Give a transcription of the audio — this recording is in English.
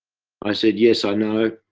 i said, yes i know.